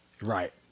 Right